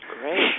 great